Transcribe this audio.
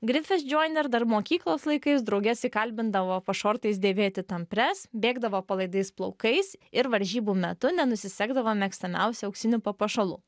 griffith joyner dar mokyklos laikais drauges įkalbindavo po šortais dėvėti tampres bėgdavo palaidais plaukais ir varžybų metu nenusisegdavo mėgstamiausią auksinių papuošalų